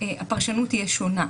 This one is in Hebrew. הפרשנות תהיה שונה.